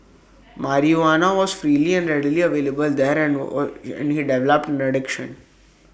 marijuana was freely and readily available there and he developed an addiction